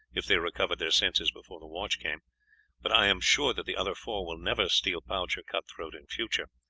if they recovered their senses before the watch came but i am sure that the other four will never steal pouch or cut throat in future.